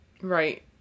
Right